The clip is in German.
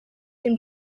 den